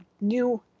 new